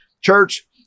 Church